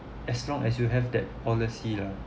as long as you have that policy lah